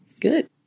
Good